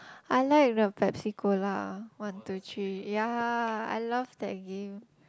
I like the Pepsi Cola one two three ya I love that game